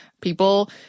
People